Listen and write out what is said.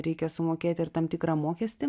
reikia sumokėti ir tam tikrą mokestį